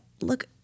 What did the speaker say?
look